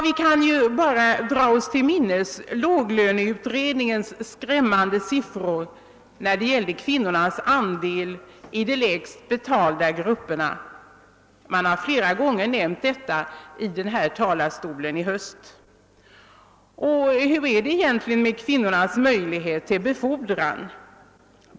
Vi kan dra oss till minnes låglöneutredningens skrämmande siffror när det gällde kvinnornas andel i de lägst betalda grupperna. Man har flera gånger under hösten nämnt dessa siffror i denna talarstol. Och hur är det egentligen med kvinnornas möjlighet till befordran?